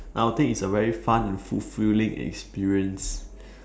I'll think is a very fun and fulfilling experience